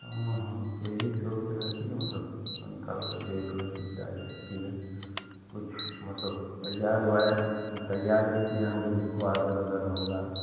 हाँ हाँ तो यही सोच रहे थे कि मतलब समय निकालकर देखलें कि क्या स्थिति है कुछ मतलब तैयार हुआ है तैयार भी किए होंगे जिसको आर्डर अर्डर होगा